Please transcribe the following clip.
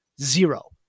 Zero